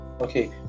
Okay